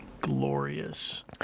glorious